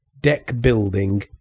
deck-building